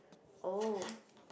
oh